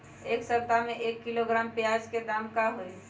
एक सप्ताह में एक किलोग्राम प्याज के दाम का होई?